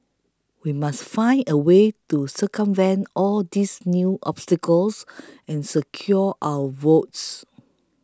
we must find a way to circumvent all these new obstacles and secure our votes